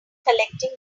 collecting